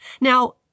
Now